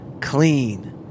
clean